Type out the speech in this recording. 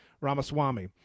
Ramaswamy